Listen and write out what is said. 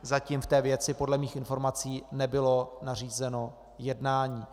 Zatím v té věci podle mých informací nebylo nařízeno jednání.